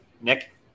Nick